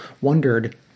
wondered